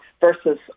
versus